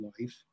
life